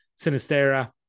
Sinistera